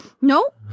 No